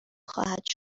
خواهد